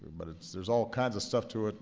but there's all kind of stuff to it.